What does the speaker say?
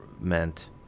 meant